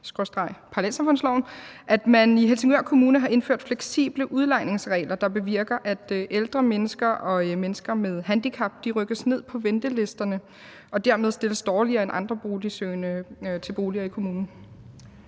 at man i Helsingør Kommune har indført fleksible udlejningsregler, der bevirker, at ældre mennesker og mennesker med handicap rykkes ned på ventelisterne og dermed stilles dårligere end andre boligsøgende til boliger i kommunen?